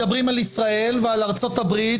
מדברים על ישראל ועל ארה"ב,